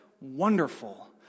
wonderful